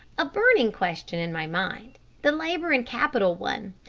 a burning question in my mind the labor and capital one.